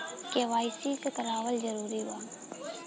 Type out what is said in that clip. KYC करवावल जरूरी बा?